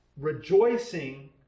Rejoicing